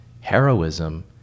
Heroism